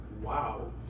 wow